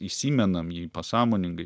įsimenam jį pasąmoningai